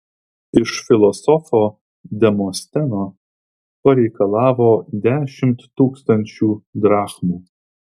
iš filosofo demosteno pareikalavo dešimt tūkstančių drachmų